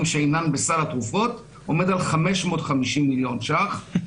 שאינן בסל התרופות עומד על 550 מיליון שקלים.